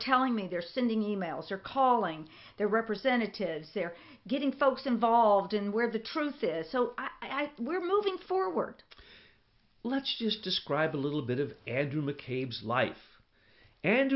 telling me they're sending emails or calling their representatives they're getting folks involved in where the truth is so i were moving forward let's just describe a little bit of